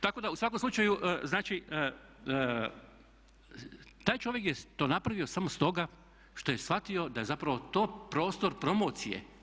Tako da u svakom slučaju znači taj čovjek je to napravio samo stoga što je shvatio da je zapravo to prostor promocije.